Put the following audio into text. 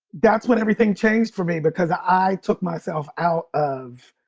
that's when everything changed for me because i took myself out of